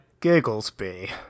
Gigglesby